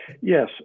Yes